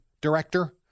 director